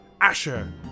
Asher